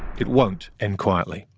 it won't end quietly.